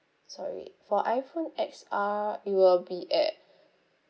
sorry for iphone X R it will be at